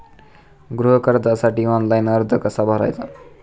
गृह कर्जासाठी ऑनलाइन अर्ज कसा भरायचा?